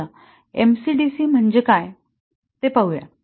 चला M C D C MCDC म्हणजे काय ते पाहूया